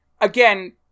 again